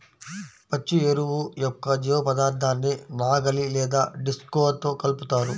పచ్చి ఎరువు యొక్క జీవపదార్థాన్ని నాగలి లేదా డిస్క్తో కలుపుతారు